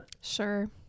Sure